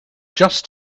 just